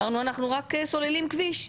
אמרנו אנחנו רק סוללים כביש,